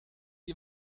die